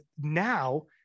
now